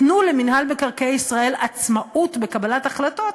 תנו למינהל מקרקעי ישראל עצמאות בקבלת החלטות,